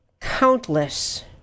countless